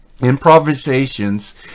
improvisations